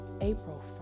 April